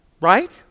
Right